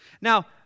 Now